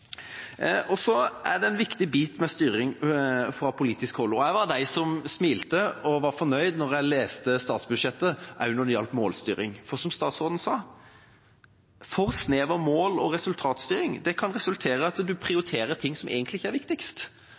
Så er det viktig med styring fra politisk hold. Jeg var av dem som smilte og var fornøyd da jeg leste statsbudsjettet når det gjaldt målstyring. For som statsråden sa, for snevre mål og resultatstyring kan resultere i at man prioriterer ting som egentlig ikke er viktigst.